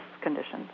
conditions